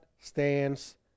stands